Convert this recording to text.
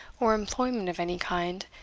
or employment of any kind,